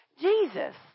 Jesus